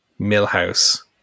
Millhouse